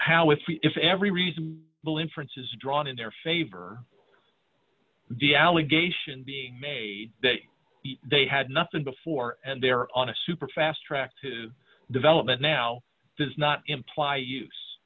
how if we if every reason bill inference is drawn in their favor the allegation being made that they had nothing before and they're on a super fast track to development now does not imply use